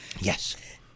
Yes